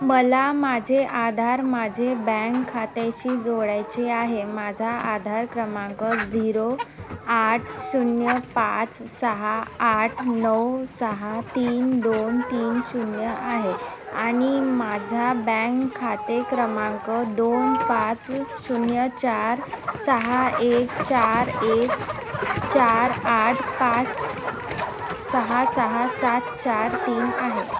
मला माझे आधार माझे बँक खात्याशी जोडायचे आहे माझा आधार क्रमांक झिरो आठ शून्य पाच सहा आठ नऊ सहा तीन दोन तीन शून्य आहे आणि माझा बँक खाते क्रमांक दोन पाच शून्य चार सहा एक चार एक चार आठ पाच सहा सहा सात चार तीन आहे